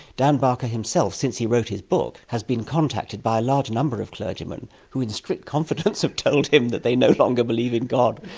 dan barker himself, since he wrote his book, has been contacted by a large number of clergymen who in strict confidence have told him that they no longer believe in god,